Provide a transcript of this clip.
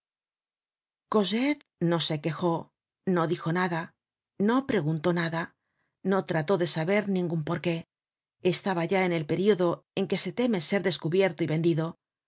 cosette no se quejó no dijo nada no preguntó nada no trató de saber ningun por qué estaba ya en el período en que se teme ser descubierto y vendido